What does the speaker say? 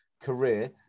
career